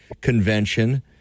convention